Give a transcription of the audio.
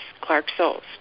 Clark-Souls